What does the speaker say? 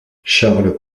charles